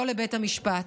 לא לבית המשפט.